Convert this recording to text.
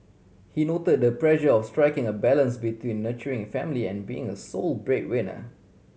he noted the pressure of striking a balance between nurturing a family and being a sole breadwinner